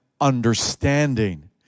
understanding